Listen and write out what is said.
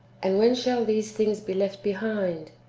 and when shall these things be left be hind?